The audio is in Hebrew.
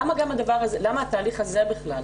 למה התהליך הזה בכלל?